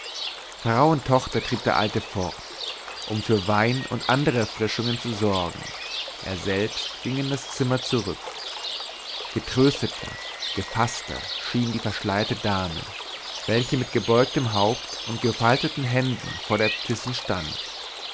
frau und tochter trieb der alte fort um für wein und andere erfrischungen zu sorgen er selbst ging in das zimmer zurück getrösteter gefaßter schien die verschleierte dame welche mit gebeugtem haupt und gefalteten händen vor der äbtissin stand